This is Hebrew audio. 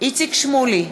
איציק שמולי,